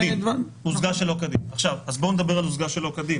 אז בואו נדבר על "הושגה שלא כדין",